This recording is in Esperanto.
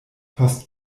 post